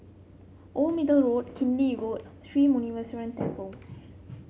Old Middle Road Killiney Road Sri Muneeswaran Temple